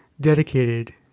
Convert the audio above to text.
dedicated